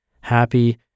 happy